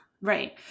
Right